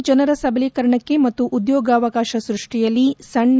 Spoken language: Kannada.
ದೇಶದಲ್ಲಿ ಜನರ ಸಬಲೀಕರಣಕ್ಕೆ ಮತ್ತು ಉದ್ಲೋಗಾವಕಾಶ ಸ್ಪಷ್ಟಿಯಲ್ಲಿ ಸಣ್ಣ